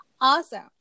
awesome